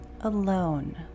alone